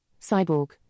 Cyborg